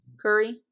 Curry